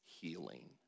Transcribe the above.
healing